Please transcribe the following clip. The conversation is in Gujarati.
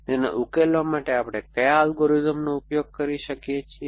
તેને ઉકેલવા માટે આપણે કયા અલ્ગોરિધમ્સનો ઉપયોગ કરીએ છીએ